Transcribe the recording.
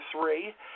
three